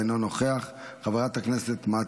חבר הכנסת יבגני סובה,